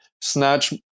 snatch